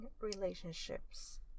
relationships